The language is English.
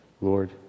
Lord